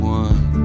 one